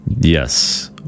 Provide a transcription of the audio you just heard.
Yes